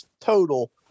total